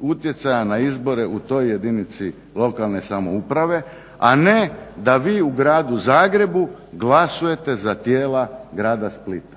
utjecaja na izbore u toj jedinici lokalne samouprave a ne da vi u gradu Zagrebu glasujete za tijela grada Splite.